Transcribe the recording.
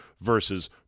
versus